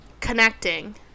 connecting